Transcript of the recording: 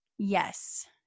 Yes